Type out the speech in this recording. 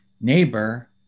neighbor